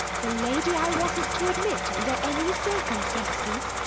the lady i wasn't to admit under any circumstances?